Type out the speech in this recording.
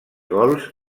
gols